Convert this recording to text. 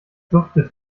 duftet